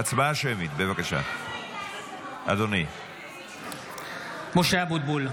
(קורא בשמות חברי הכנסת) משה אבוטבול,